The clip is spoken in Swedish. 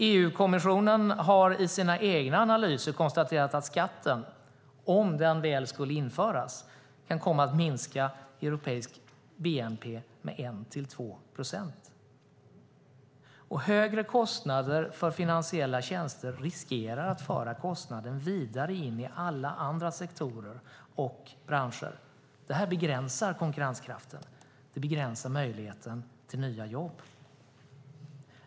EU-kommissionen har i sina egna analyser konstaterat att skatten, om den skulle införas, kan komma att minska bnp i Europa med 1-2 procent. Och högre kostnader för finansiella tjänster riskerar att föra kostnaden vidare in i alla andra sektorer och branscher. Det här begränsar konkurrenskraften. Det begränsar möjligheten till nya jobb.